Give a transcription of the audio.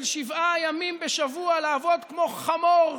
של שבעה ימים בשבוע לעבוד כמו חמור,